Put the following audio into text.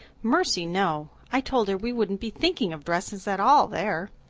mercy, no! i told her we wouldn't be thinking of dresses at all there.